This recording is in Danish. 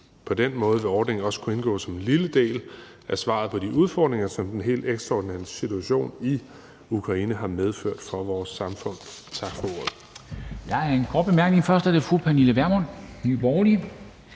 På den måde vil ordningen også kunne indgå som en lille del af svaret på de udfordringer, som den helt ekstraordinære situation i Ukraine har medført for vores samfund. Tak for ordet.